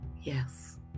yes